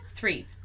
Three